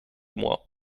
moi